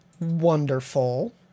Wonderful